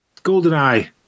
Goldeneye